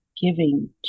giving